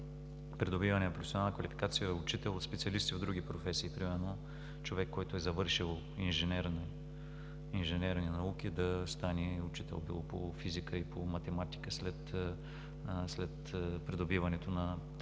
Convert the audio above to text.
придобиване на професионална квалификация „Учител“ от специалисти в други професии, примерно човек, който е завършил „Инженерни науки“, да стане учител – било по физика и по математика, след придобиването на такава